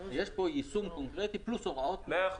ויש פה יישום קונקרטי פלוס הוראות --- מאה אחוז.